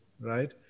right